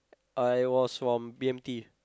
I was from B_M_T